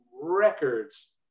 records